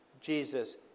Jesus